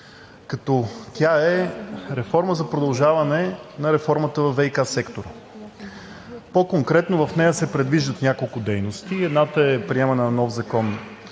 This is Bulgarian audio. като тя е реформа за продължаване на реформата във ВиК сектора. По-конкретно в нея се предвиждат няколко дейности – едната е приемане на нов закон